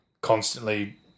constantly